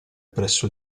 presso